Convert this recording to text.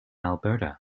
alberta